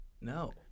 No